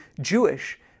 Jewish